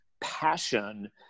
passion